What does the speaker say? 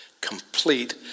complete